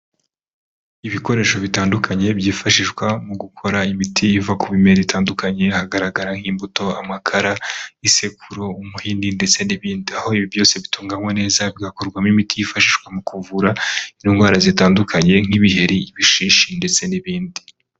Ibikoresho bitandukanye byifashishwa mu gukora imiti iva ku bimera itandukanye, hagaragara nk'imbuto, amakara, isekuru, umuhini ndetse n'ibindi. Aho ibi byose bitunganywa neza, bigakorwamo imiti yifashishwa mu kuvura indwara zitandukanye nk'ibiheri, ibishishi ndetse n'ibindi.